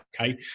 Okay